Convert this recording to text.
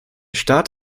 staat